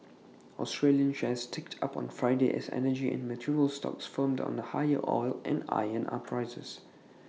Australian shares ticked up on Friday as energy and materials stocks firmed on higher oil and iron ore prices